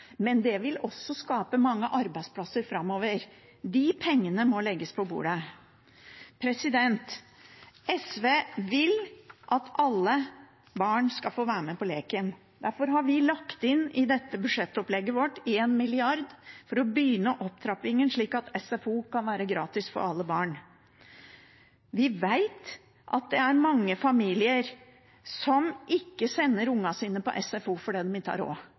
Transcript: vil også skape mange arbeidsplasser framover. De pengene må legges på bordet. SV vil at alle barn skal få være med på leken. Derfor har vi i budsjettopplegget vårt lagt inn 1 mrd. kr til å begynne opptrappingen, slik at SFO kan være gratis for alle barn. Vi vet at det er mange familier som ikke sender ungene sine på SFO fordi de